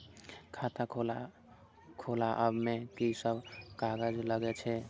खाता खोलाअब में की सब कागज लगे छै?